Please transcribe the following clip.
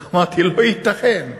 אמרתי: לא ייתכן,